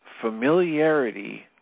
familiarity